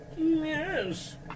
Yes